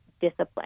discipline